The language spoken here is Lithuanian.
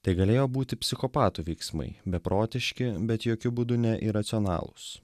tai galėjo būti psichopatų veiksmai beprotiški bet jokiu būdu ne iracionalūs